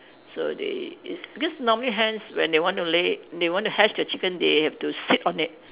so they it because normally hens when they want to lay egg they want to hatch the chicken they have to sit on it